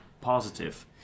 positive